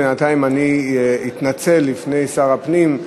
בינתיים אני אתנצל לפני שר הפנים,